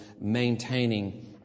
maintaining